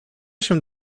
się